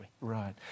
Right